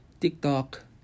tiktok